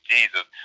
Jesus